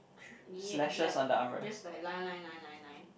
me like just like line line line line line